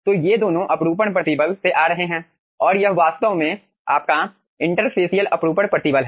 तो ये दोनों अपरूपण प्रतिबल से आ रहे हैं और यह वास्तव में आपका इंटरफेसियल अपरूपण प्रतिबल है